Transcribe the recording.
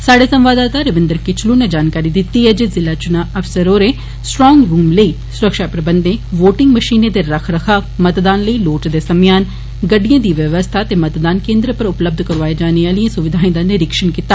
साढ़े संवाददाता रविन्द्र किचलू नै जानकारी दिती ऐ जिला चुना अफसर होरें स्ट्रांग रुम लेई सुरक्षा प्रबंघें वोटिंग मशीनें दे रखरखाव मतदान लेई लोड़चदे सम्यान गड्डिए दी व्यवस्था ते मतदान केन्द्रे पर उपलब्ध कराए जाने आलिए सुविघाएं दा निरीक्षण कीता